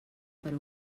per